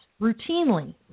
routinely